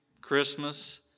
Christmas